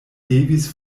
devis